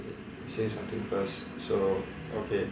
say something first so okay